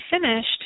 finished